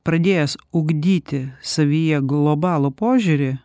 pradėjęs ugdyti savyje globalo požiūrį